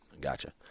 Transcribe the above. Gotcha